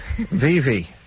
Vivi